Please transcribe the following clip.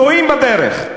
טועים בדרך.